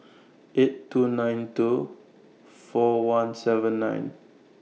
eight two nine two four one seven nine